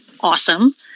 awesome